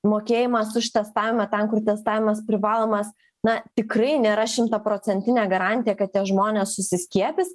mokėjimas už testavimą ten kur testavimas privalomas na tikrai nėra šimtaprocentinė garantija kad tie žmonės susiskiepys